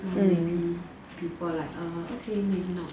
so maybe people like err okay maybe not